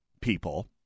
people